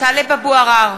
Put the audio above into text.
טלב אבו עראר,